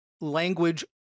language